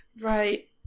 Right